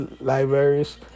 libraries